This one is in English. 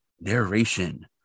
narration